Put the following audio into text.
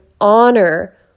honor